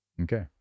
okay